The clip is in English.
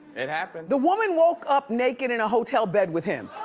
it happened. the woman woke up naked in a hotel bed with him.